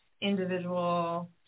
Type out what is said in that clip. individual